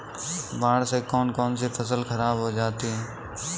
बाढ़ से कौन कौन सी फसल खराब हो जाती है?